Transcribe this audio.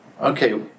okay